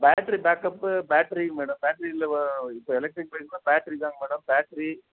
battery backup battery madam பேட்டரியில் இப்போ electric பைக்கெல்லாம் பேட்டரி தாங்க மேடம் பேட்டரி